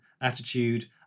attitude